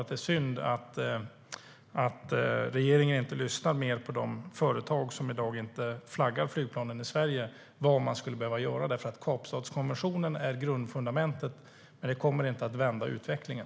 Det är synd att regeringen inte lyssnar mer på de företag som inte flaggar flygplanen i Sverige i dag, att man inte lyssnar på vad de skulle behöva. Kapstadskonventionen är grundfundamentet, men det kommer inte att vända utvecklingen.